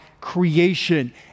creation